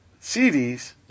CDs